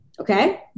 Okay